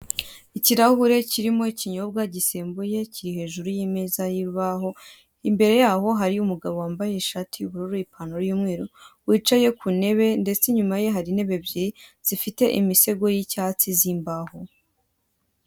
Ikirahure kirimo ikinyobwa gisembuye kiri hejuru y'imeza y'urubaho, imbere yaho hariyo umugabo wambaye ishati y'ubururu ipantaro y'umweru, wicaye ku ntebe ndetse inyuma ye hari intebe ebyiri zifite imisego y'icyatsi z'imbaho.